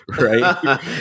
right